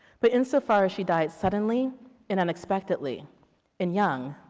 but insofar as she died suddenly and unexpectedly and young.